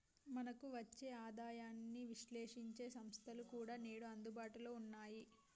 మనకు వచ్చే ఆదాయాన్ని విశ్లేశించే సంస్థలు కూడా నేడు అందుబాటులో ఉన్నాయి